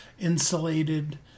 insulated